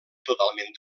totalment